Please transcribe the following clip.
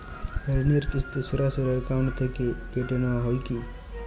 ঋণের কিস্তি সরাসরি অ্যাকাউন্ট থেকে কেটে নেওয়া হয় কি?